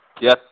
Yes